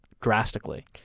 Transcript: drastically